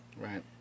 Right